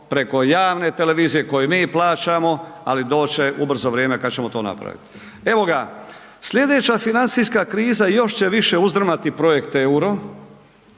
preko javne televizije koju mi plaćamo ali doći će ubrzo vrijeme kad ćemo to napraviti. Evo ga, slijedeća financijska kriza još će više uzdrmati projekt euro